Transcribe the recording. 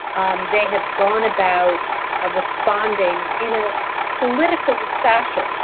um they have gone about ah responding in a political fashion.